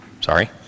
sorry